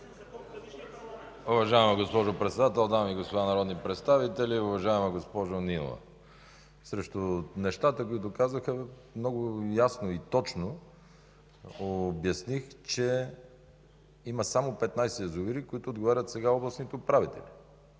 Уважаема госпожо Председател, дами и господа народни представители! Уважаема госпожо Нинова, срещу нещата, които казахте, много ясно и точно обясних, че има само 15 язовира, за които сега отговарят областните управители.